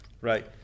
Right